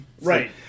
Right